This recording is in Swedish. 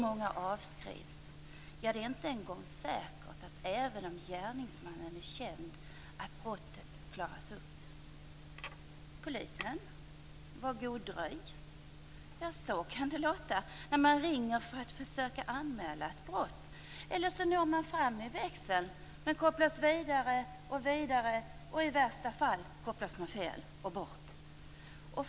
Många brott avskrivs. Det är inte en gång säkert att brottet klaras upp även om gärningsmannen är känd. "Polisen. Var god dröj." Så kan det låta när man ringer för att försöka anmäla ett brott. Det kan också vara så att man når fram till växeln men kopplas vidare och vidare. I värsta fall kopplas man fel och bort.